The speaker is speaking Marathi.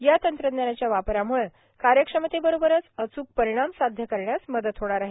या तंत्रज्ञानाच्या वापराम्ळे कार्यक्षमतेबरोबरच अचूक परिणाम साध्य करण्यास मदत होणार आहे